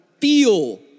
feel